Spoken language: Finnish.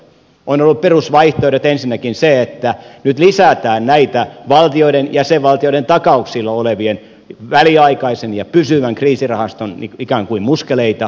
on ollut perusvaihtoehdot ensinnäkin se että nyt lisätään näitä valtioiden jäsenvaltioiden takauksilla olevien väliaikaisen ja pysyvän kriisirahaston ikään kuin muskeleita